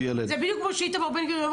זה בדיוק כמו שאיתמר בן גביר היה פה יום